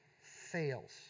fails